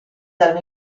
dal